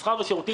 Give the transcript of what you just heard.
במסחר ושירותים